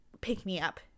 pick-me-up